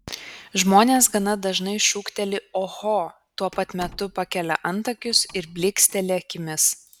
žmonės gana dažnai šūkteli oho tuo pat metu pakelia antakius ir blyksteli akimis